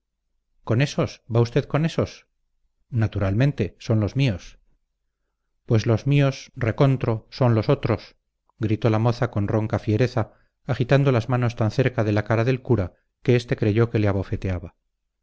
con ésos va usted con ésos naturalmente son los míos pues los míos re contro son los otros gritó la moza con ronca fiereza agitando las manos tan cerca de la cara del cura que éste creyó que le abofeteaba